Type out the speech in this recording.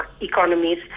economies